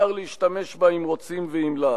ביקשו להביע, חבר